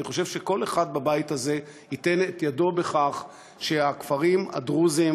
אני חושב שכל אחד בבית הזה ייתן את ידו לכך שהכפרים הדרוזיים,